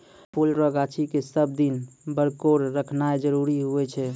फुल रो गाछी के सब दिन बरकोर रखनाय जरूरी हुवै छै